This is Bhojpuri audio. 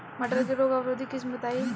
मटर के रोग अवरोधी किस्म बताई?